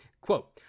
quote